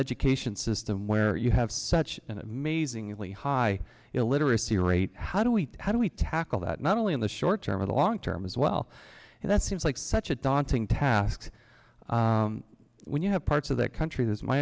education system where you have such an amazingly high illiteracy rate how do we how do we tackle that not only in the short term in the long term as well and that seems like such a daunting task when you have parts of the country that's my